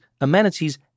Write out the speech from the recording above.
amenities